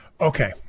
Okay